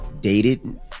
dated